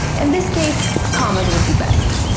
in this case, commas would be best.